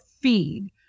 feed